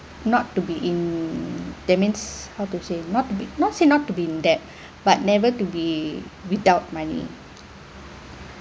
not to be in that means how to say not to be not say not to be in debt but never to be without money